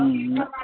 ହଁ